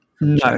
no